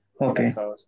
Okay